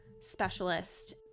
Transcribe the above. specialist